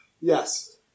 Yes